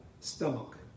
stomach